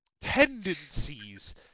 tendencies